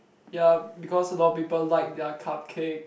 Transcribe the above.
ya because a lot of people like their cupcake